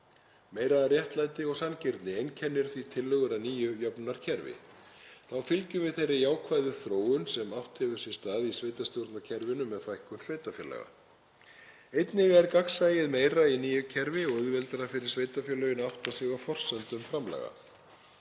Meira réttlæti og sanngirni einkennir því tillögur að nýju jöfnunarkerfi. Þá fylgjum við þeirri jákvæðu þróun sem átt hefur sér stað í sveitarstjórnarkerfinu með fækkun sveitarfélaga. Einnig er gagnsæið meira í nýju kerfi og auðveldara fyrir sveitarfélögin að átta sig á forsendum framlaga.